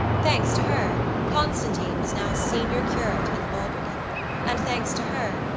thanks to her, constantine was now senior curate in balbrigan and, thanks to her,